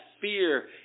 fear